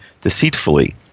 deceitfully